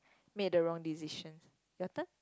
made the wrong decision better